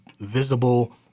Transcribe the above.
visible